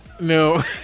No